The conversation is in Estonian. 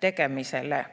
tegemisele.